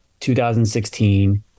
2016